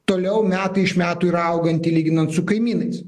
toliau metai iš metų yra auganti lyginant su kaimynais